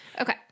Okay